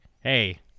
Hey